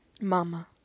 mama